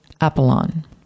Apollon